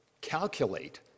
calculate